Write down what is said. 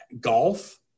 golf